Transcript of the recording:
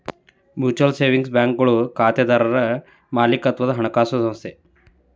mutual savings ಬ್ಯಾಂಕ್ಗಳು ಖಾತೆದಾರರ್ ಮಾಲೇಕತ್ವದ ಹಣಕಾಸು ಸಂಸ್ಥೆ